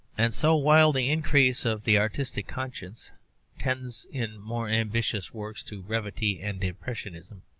and so, while the increase of the artistic conscience tends in more ambitious works to brevity and impressionism,